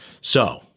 So-